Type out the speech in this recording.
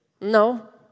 no